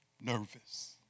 Nervous